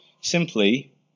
Simply